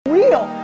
real